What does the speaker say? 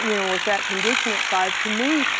you know with that condition at five, to me,